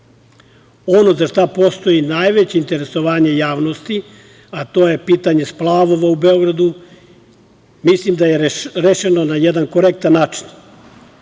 za šta postoji najveće interesovanje javnosti, to je pitanje splavova u Beogradu, mislim da je rešeno na jedan korektan način.